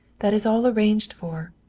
that is all arranged for.